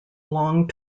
long